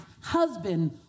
husband